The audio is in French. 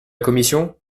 commission